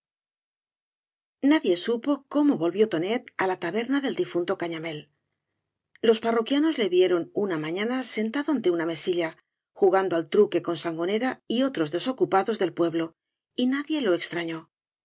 nadie eupo cómo volvió tonet á la taberna del difunto gañamél los parroquianos le vieron una mañana sentado ante una mesilla jugando ai truque con san gonera y otros desocupados del pueblo y nadie la extrañó